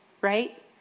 right